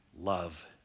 love